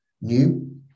new